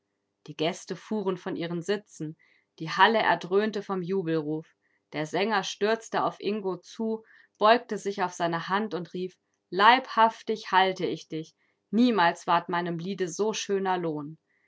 die gäste fuhren von ihren sitzen die halle erdröhnte vom jubelruf der sänger stürzte auf ingo zu beugte sich auf seine hand und rief leibhaftig halte ich dich niemals ward meinem liede so schöner lohn